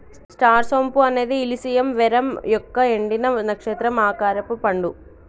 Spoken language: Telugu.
స్టార్ సోంపు అనేది ఇలిసియం వెరమ్ యొక్క ఎండిన, నక్షత్రం ఆకారపు పండు